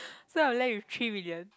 so I'm left with three million